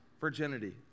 virginity